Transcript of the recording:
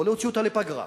לא להוציא אותה לפגרה,